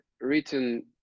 written